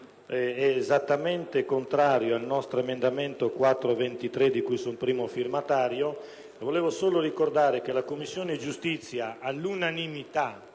è esattamente contrario all'emendamento 4.23, di cui sono primo firmatario. Volevo solo ricordare che la Commissione giustizia, con l'unanimità